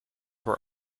were